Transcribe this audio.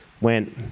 went